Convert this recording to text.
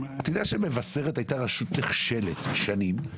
אתה יודע שמבשרת היתה רשות נחשלת שנים,